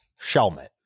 shelmet